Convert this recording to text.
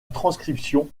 transcription